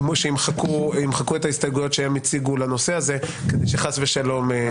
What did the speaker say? שימחקו את ההסתייגויות שהם הציגו לנושא הזה כדי שחס ושלום -.